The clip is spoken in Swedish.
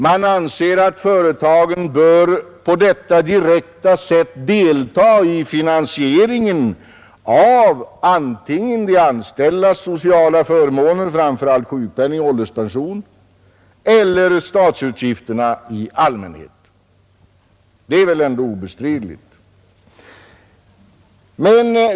Man anser att företagen bör på detta direkta sätt delta i finansieringen av antingen de anställdas sociala förmåner, framför allt sjukpenning och ålderspension, eller statsutgifterna i allmänhet. Det är väl ändå obestridligt.